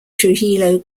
trujillo